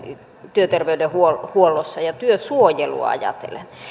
työterveydenhuollossa ja työsuojelua ajatellen